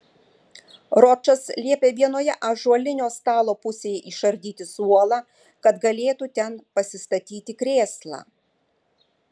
ročas liepė vienoje ąžuolinio stalo pusėje išardyti suolą kad galėtų ten pasistatyti krėslą